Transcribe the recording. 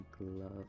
love